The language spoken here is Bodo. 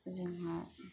जोंहा